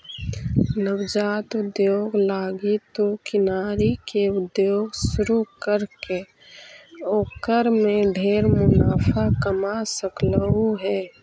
नवजात उद्योग लागी तु किनारी के उद्योग शुरू करके ओकर में ढेर मुनाफा कमा सकलहुं हे